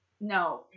No